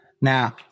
Now